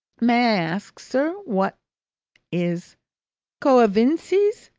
may i ask, sir, what is coavinses?